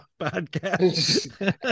podcast